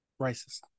Racist